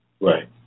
Right